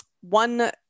one